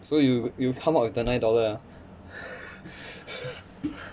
so you you come up with the nine dollar ah